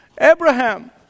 Abraham